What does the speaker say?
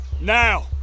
Now